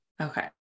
Okay